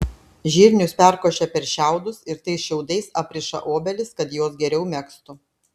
žirnius perkošia per šiaudus ir tais šiaudais apriša obelis kad jos geriau megztų